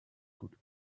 good